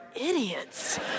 idiots